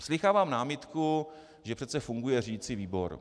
Slýchávám námitku, že přece funguje řídicí výbor.